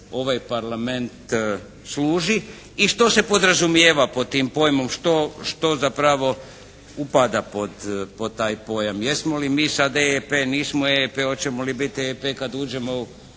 ovaj Parlament služi i što se podrazumijeva pod tim pojmom, što zapravo upada pod taj pojam? Jesmo li mi sad EEP, nismo EEP, hoćemo li biti EEP kad uđemo u